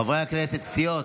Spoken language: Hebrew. חברי הכנסת, סיעות,